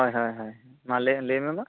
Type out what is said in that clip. ᱦᱳᱭ ᱦᱳᱭ ᱦᱳᱭ ᱢᱟ ᱞᱟ ᱭ ᱞᱟ ᱭᱢᱮ ᱢᱟ